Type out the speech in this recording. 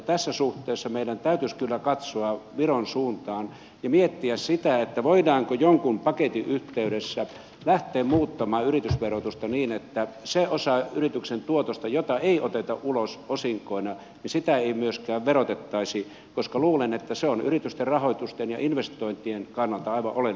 tässä suhteessa meidän täytyisi kyllä katsoa viron suuntaan ja miettiä sitä voidaanko jonkin paketin yhteydessä lähteä muuttamaan yritysverotusta niin että sitä osaa yrityksen tuotosta jota ei oteta ulos osinkoina ei myöskään verotettaisi koska luulen että se on yritysten rahoitusten ja investointien kannalta aivan oleellinen kysymys